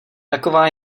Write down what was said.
taková